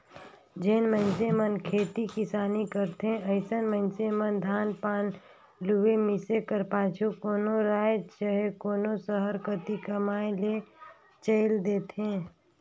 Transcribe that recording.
जेन मइनसे मन खेती किसानी करथे अइसन मइनसे मन धान पान लुए, मिसे कर पाछू कोनो राएज चहे कोनो सहर कती कमाए ले चइल देथे